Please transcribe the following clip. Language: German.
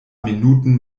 minuten